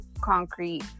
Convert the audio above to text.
concrete